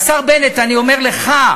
השר בנט, אני אומר לך,